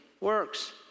works